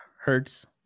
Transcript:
Hertz